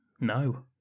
No